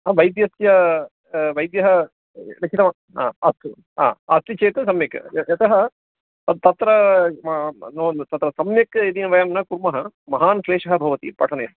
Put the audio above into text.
ह वैद्यस्य वैद्यः लिखितवान् हा अस्तु हा अस्ति चेत् सम्यक् यतः तत्र तत्र सम्यक् इति वयं न कुर्मः महान् क्लेशः भवति पठने